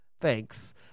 Thanks